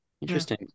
Interesting